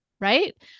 Right